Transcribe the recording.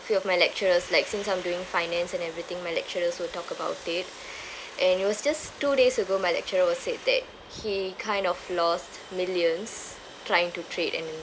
few of my lecturers like since I'm doing finance and everything my lecturers will talk about it and it was just two days ago my lecturer was said that he kind of lost millions trying to trade and